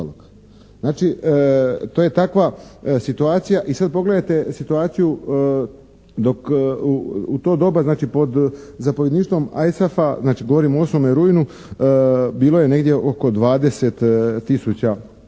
Znači, to je takva situacija. I sad pogledajte situaciju dok u to doba znači pod zapovjedništvom ISAF-a, znači govorim o 8. rujnu, bilo je negdje oko 20 tisuća